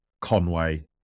Conway